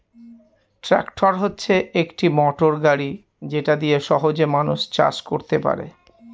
tractor হচ্ছে একটি motor গাড়ি যেটা দিয়ে সহজে মানুষ চাষ করতে পারে